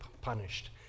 punished